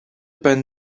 ben